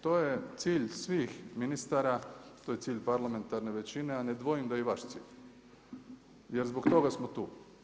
To je cilj svih ministara, to je cilj parlamentarne većine a ne dvojim da je i vaš cilj, jer zbog toga smo tu.